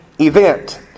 event